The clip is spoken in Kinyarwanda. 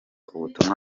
ubutumwa